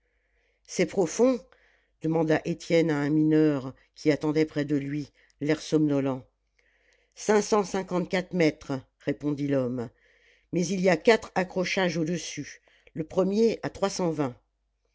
c'est profond demanda étienne à un mineur qui attendait près de lui l'air somnolent cinq cent cinquante-quatre mètres répondit l'homme mais il y a quatre accrochages au-dessus le premier à